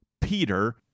Peter